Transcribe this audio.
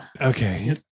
Okay